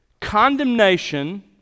condemnation